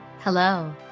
Hello